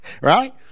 Right